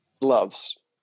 loves